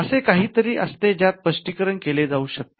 असे काहीतरी असते ज्याचे स्पष्टीकरण केले जाऊ शकते